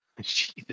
Jesus